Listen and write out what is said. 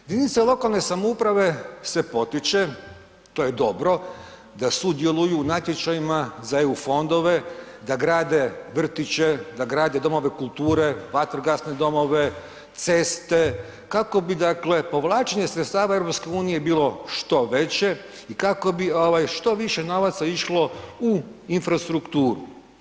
Jedinice lokalne samouprave se potiče, to je dobro, da sudjeluju u natječajima za EU fondove, da grade vrtiće, da grade domove kulture, vatrogasne domove, ceste, kako bi dakle povlačenje sredstava EU bilo što veće i kako bi ovaj što više novaca išlo u infrastrukturu.